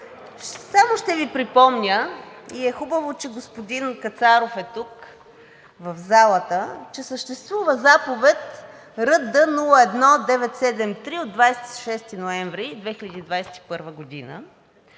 само ще Ви припомня, и е хубаво, че господин Кацаров е тук, в залата, че съществува Заповед № РД-01-973 от 26 ноември 2021 г.